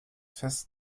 fest